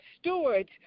stewards